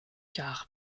car